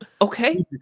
okay